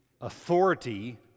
authority